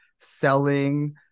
selling